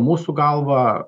mūsų galva